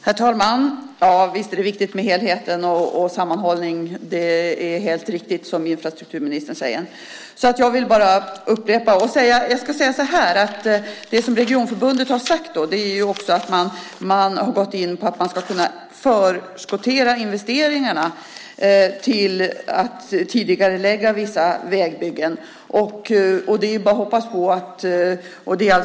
Herr talman! Visst är det viktigt med helheten och sammanhållningen. Det är helt riktigt som infrastrukturministern säger. Regionförbundet har sagt att man ska kunna förskottera investeringarna för att tidigarelägga vissa vägbyggen. Det är bara att hoppas på att det blir så.